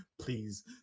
please